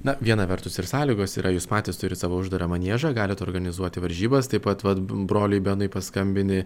na viena vertus ir sąlygos yra jūs patys turit savo uždarą maniežą galit organizuoti varžybas taip pat vat broliai benui paskambini